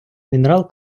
мінерал